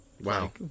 Wow